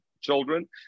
children